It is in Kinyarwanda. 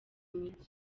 mijyi